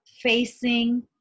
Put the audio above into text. facing